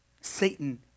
Satan